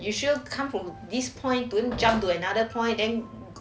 okay you sure come from this point to jump to another point then